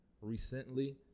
recently